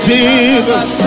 Jesus